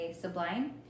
Sublime